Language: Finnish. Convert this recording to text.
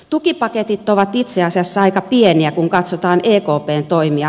tukipaketit ovat itse asiassa aika pieniä kun katsotaan ekpn toimia